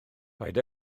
paid